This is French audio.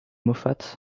moffat